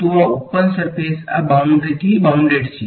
તો આ open surface આ બાઉંડ્રી થી બાઉંડેડ છે